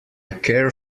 care